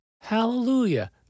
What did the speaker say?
Hallelujah